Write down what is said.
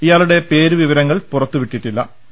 ഇയാളുടെ പേരുവിവരങ്ങൾ പുറത്തുവിട്ടിട്ടില്ലു